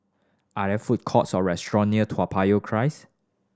are there food courts or restaurant near Toa Payoh Crest